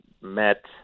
met